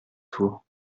tour